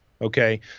Okay